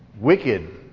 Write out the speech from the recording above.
wicked